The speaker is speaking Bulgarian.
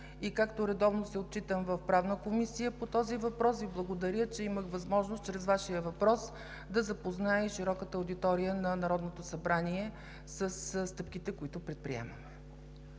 и както редовно се отчитам в Правната комисия по този въпрос, Ви благодаря, че имах възможност чрез Вашия въпрос да запозная и широката аудитория на Народното събрание със стъпките, които предприемаме.